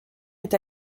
est